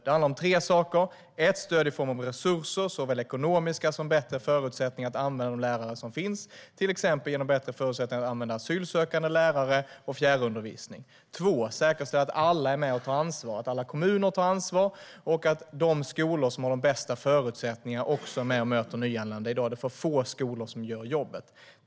Det handlar om tre saker: För det första handlar det om stöd i form av ekonomiska resurser och bättre förutsättningar att använda de lärare som finns, till exempel genom bättre förutsättningar att använda asylsökande lärare och fjärrundervisning. För det andra handlar det om att säkerställa att alla är med och tar ansvar - att alla kommuner tar ansvar och att de skolor som har de bästa förutsättningarna också är med och möter nyanlända. Det är för få skolor som gör jobbet.